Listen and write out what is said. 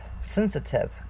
Sensitive